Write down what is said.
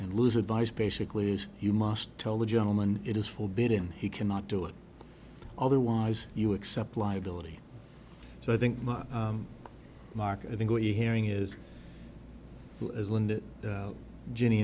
and lose advice basically is you must tell the gentleman it is forbidden he cannot do it otherwise you accept liability so i think much mark i think what you're hearing is that jenny